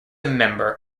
member